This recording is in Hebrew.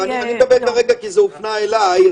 אני מדבר כרגע כי זה הופנה אליי.